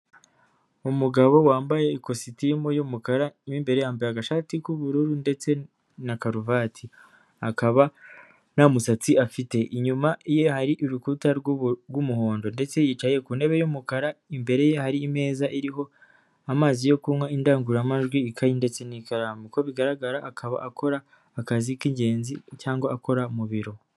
Umugabo wambaye ikositimu y'umukara, mo imbere yambaye agashati k'ubururu ndetse na karuvati, akaba nta musatsi afite, inyuma ye hari urukuta rw'umuhondo ndetse yicaye ku ntebe y'umukara, imbere ye hari imeza iriho amazi yo kunywa, indangururamajwi, ikayi ndetse n'ikaramu, uko bigaragara akaba akora akazi k'ingenzi cyangwa akora mu biro.